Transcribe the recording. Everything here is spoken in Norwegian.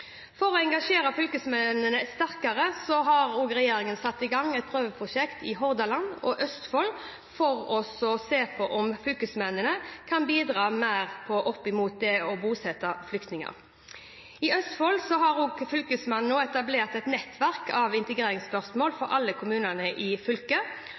For å engasjere fylkesmennene sterkere har regjeringen satt i gang et prøveprosjekt i Hordaland og Østfold for å se på om fylkesmennene kan bidra mer med å bosette flyktninger. I Østfold har Fylkesmannen nå etablert et nettverk for integreringsspørsmål for alle kommunene i fylket.